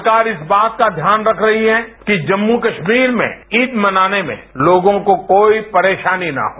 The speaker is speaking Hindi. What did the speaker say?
सरकार इस बात का ध्यान रख रही है कि जम्मू कश्मीर में ईद मनाने में लोगों को कोई परेशानी न हो